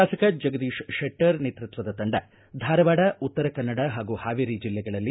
ಶಾಸಕ ಜಗದೀಶ ಶೆಟ್ಟರ್ ನೇತೃತ್ವದ ತಂಡ ಧಾರವಾಡ ಉತ್ತರ ಕನ್ನಡ ಹಾಗೂ ಹಾವೇರಿ ಜಿಲ್ಲೆಗಳಲ್ಲಿ